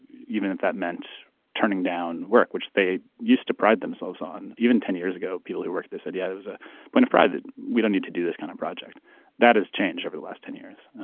even if that meant turning down work, which they used to pride themselves on even ten years ago. people who worked this idea, there was a point of pride that we don't need to do this kind of project that has changed over the last ten years